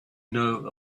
know